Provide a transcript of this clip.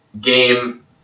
game